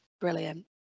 Brilliant